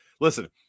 listen